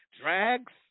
drags